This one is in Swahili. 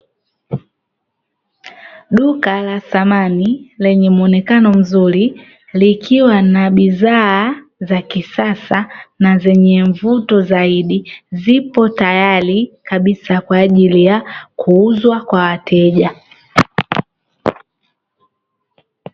Duka la samani lenye muonekano mzuri likiwa na bidhaa za kisasa na zenye mvuto zaidi zipo tayari kabisa kwaajili ya kuuzwa kwa wateja.